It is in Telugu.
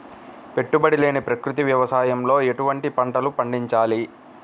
పెట్టుబడి లేని ప్రకృతి వ్యవసాయంలో ఎటువంటి పంటలు పండించాలి?